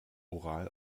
oral